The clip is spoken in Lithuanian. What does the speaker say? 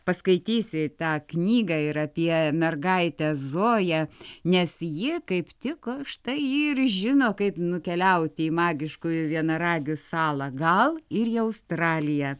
paskaitysi tą knygą ir apie mergaitę zoją nes ji kaip tik štai ji ir žino kaip nukeliauti į magiškųjų vienaragių salą gal ir į australiją